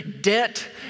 debt